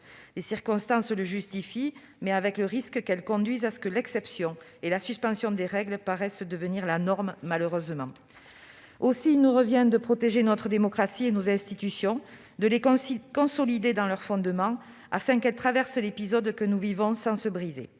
Les circonstances le justifient, mais avec malheureusement le risque que l'exception et la suspension des règles paraissent devenir la norme. Aussi, il nous revient de protéger notre démocratie et nos institutions, de les consolider dans leur fondement afin qu'elles traversent l'épisode que nous vivons sans se briser.